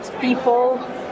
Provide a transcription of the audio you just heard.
people